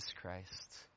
Christ